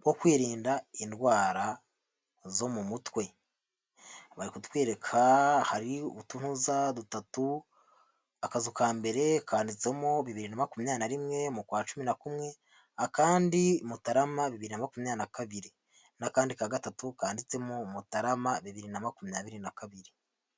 bwo kwirinda indwara zo mu mutwe. Bari kutwereka hari utuntuza dutatu, akazu ka mbere kanditsemo bibiri na makumyabiri na rimwe mukwa cumi na kumwe, akandi mutarama bibiri na makumyabiri na kabiri n'akandi ka gatatu kanditsemo mutarama bibiri na makumyabiri na kabiri.